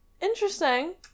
Interesting